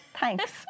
thanks